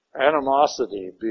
animosity